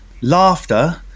laughter